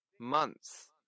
months